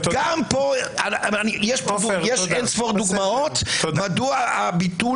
גם פה יש אין ספור דוגמאות מדוע הביטול